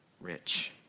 rich